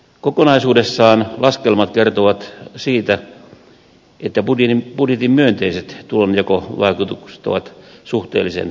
kokonaisuudessaan laskelmat kertovat siitä että budjetin myönteiset tulonjakovaikutukset ovat suhteellisen vaatimattomia